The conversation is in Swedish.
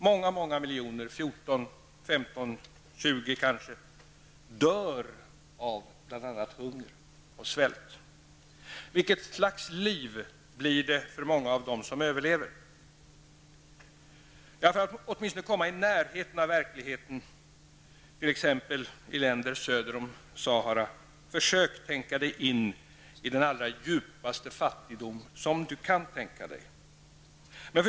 Många miljoner av dessa -- 14, 15, kanske 20 -- dör av bl.a. hunger och svält. Vilket slags liv blir det för dem som överlever? För att du åtminstone skall komma i närheten av verkligheten i t.ex. länder söder om Sahara, måste du försöka tänka dig in i den allra djupaste fattigdom, som du över huvud taget kan tänka dig.